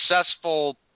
successful